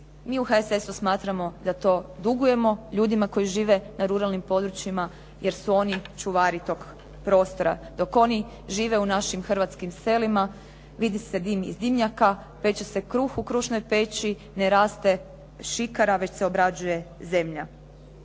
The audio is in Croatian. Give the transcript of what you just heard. Mi u HSS-u smatramo da to dugujemo ljudima koji žive na ruralnim područjima jer su oni čuvari tog prostora. Dok oni žive u našim hrvatskim selima, vidi se dim iz dimnjaka, peče se kruh u krušnoj peći, ne raste šikara već se obrađuje zemlja.